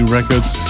Records